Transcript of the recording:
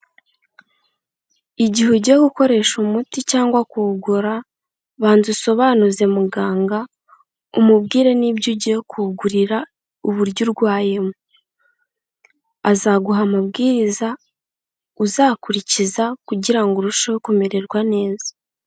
Igihe ugiye gukoresha umuti cyangwa kuwugura banza usobanuze muganga umubwire ni byo ugiye kuwugurira uburyo urwayemo, azaguha amabwiriza uzakurikiza kugira ngo urusheho kumererwa neza.